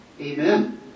Amen